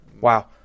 Wow